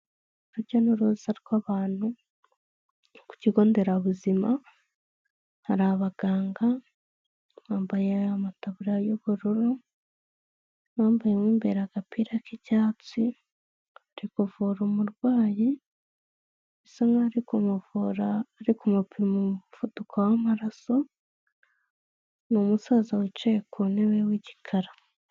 Urujya n'uruza rw'abantu, ku kigo nderabuzima hari abaganga bambaye amatabu y'ubururu, bambayemo imbere agapira k'icyatsi bari kuvura umurwayi, bisa nk'aho ari kumuvura kumupima umuvuduko w'amaraso, ni umusaza wicaye ku ntebe w'igikara.